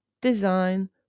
design